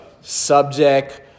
Subject